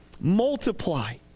multiply